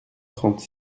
trente